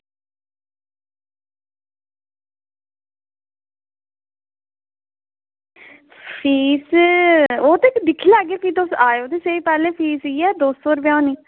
fees ओह् भी दिक्खी लैयो तुस आवेओ ते स्हेई पैह्लें फीस इयै दौ सौ रपेआ होनी